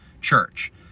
church